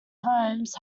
homes